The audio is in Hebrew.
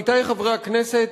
עמיתי חברי הכנסת,